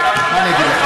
מה אני אגיד לכם,